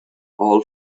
all